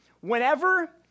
whenever